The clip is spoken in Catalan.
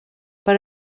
per